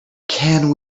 can